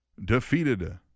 Defeated